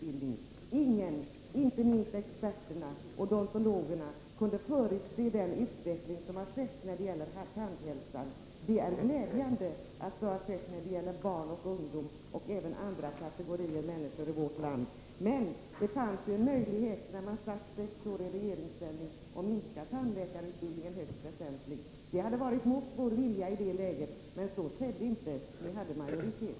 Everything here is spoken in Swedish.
Inte någon — allra minst experterna, odontologerna — kunde förutse den utveckling som ägt rum när det gäller tandhälsan. Det som skett beträffande barn och ungdom och även andra kategorier människor i vårt land är glädjande. Det hade funnits möjlighet för er när ni satt sex år i regeringsställning att minska tandläkarutbildningen högst väsentligt, vilket hade varit mot vår vilja i det läget. Men så skedde inte. Ni hade majoritet.